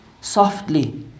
Softly